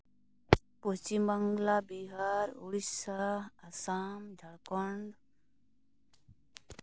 Paschim Bangla Bihar Orissa Assam Jharkhand